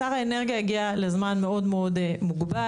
שר האנרגיה הגיע לזמן מאוד מוגבל.